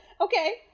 Okay